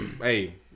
hey